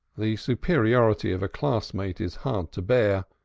the superiority of a class-mate is hard to bear,